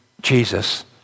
Jesus